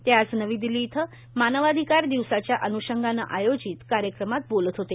ते आज नवी दिल्ली इथं मानवाधिकार दिवसाच्या अन्षंगानं आयोजित कार्यक्रमात बोलत होते